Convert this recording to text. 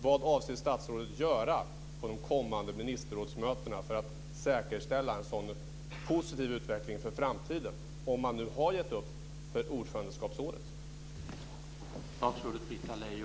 Vad avser statsrådet göra på de kommande ministerrådsmötena för att säkerställa en sådan positiv utveckling för framtiden, om man nu har gett upp för ordförandeskapsperioden?